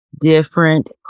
different